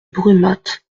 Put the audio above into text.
brumath